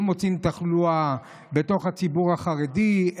לא מוצאים תחלואה בתוך הציבור החרדי,